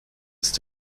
ist